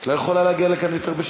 לא יכולה להגיע לכאן יותר בשקט?